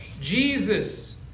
Jesus